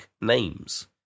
Names